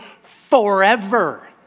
forever